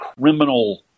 criminal